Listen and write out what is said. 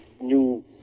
new